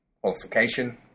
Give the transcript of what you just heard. qualification